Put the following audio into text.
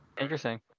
Interesting